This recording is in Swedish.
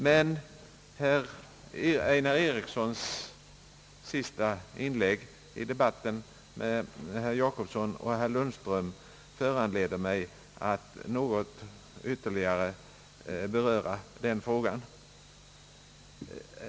Men herr Einar Erikssons senaste inlägg i debatten föranleder mig att något ytterligare beröra frågan.